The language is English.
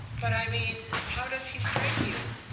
but i mean, how does he strike you?